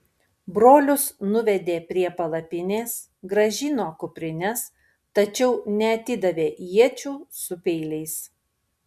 brolius nuvedė prie palapinės grąžino kuprines tačiau neatidavė iečių su peiliais